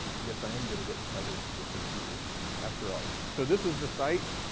i guess i am going to get tethered to the computer after all so this is the site